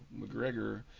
McGregor